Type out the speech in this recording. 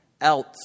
else